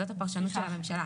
זאת הפרשנות של הממשלה,